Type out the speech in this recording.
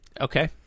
okay